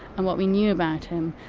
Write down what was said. and what we knew about him,